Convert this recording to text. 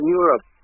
Europe